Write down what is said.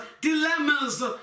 dilemmas